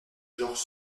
george